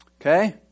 Okay